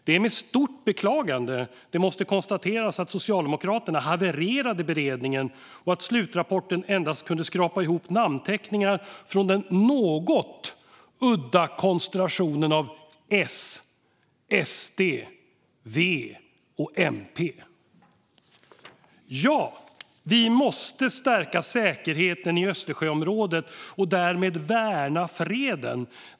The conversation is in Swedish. Det är med stort beklagande det måste konstateras att Socialdemokraterna havererade beredningen och att slutrapporten endast kunde skrapa ihop namnteckningar från den något udda konstellationen av S, SD, V och MP. Ja, vi måste stärka säkerheten i Östersjöområdet och därmed värna freden.